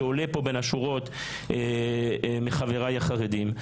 שעולה פה בין השורות מחבריי החרדים?